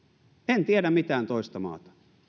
en tiedä mitään toista maata